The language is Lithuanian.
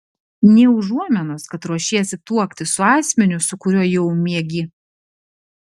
nė užuominos kad ruošiesi tuoktis su asmeniu su kuriuo jau miegi